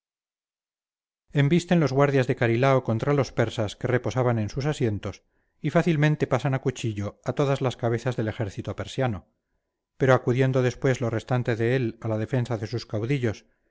ajustada envisten los guardias de carilao contra los persas que reposaban en sus asientos y fácilmente pasan a cuchillo a todas las cabezas del ejército persiano pero acudiendo después lo restante de él a la defensa de sus caudillos